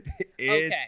Okay